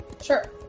Sure